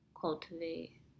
cultivate